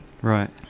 Right